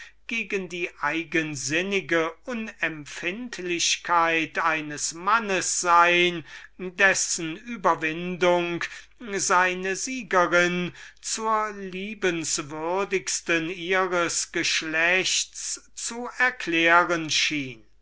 gegen die eigensinnige unempfindlichkeit eines mannes sein welcher eben dadurch ein feind wurde dessen überwindung seine siegerin zur liebenswürdigsten ihres geschlechts zu erklären